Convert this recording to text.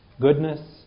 goodness